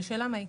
והשאלה מה יקרה: